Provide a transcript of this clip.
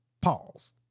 Pause